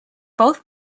both